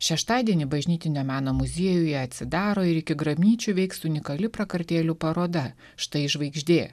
šeštadienį bažnytinio meno muziejuje atsidaro ir iki grabnyčių veiks unikali prakartėlių paroda štai žvaigždė